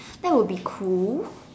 that would be cool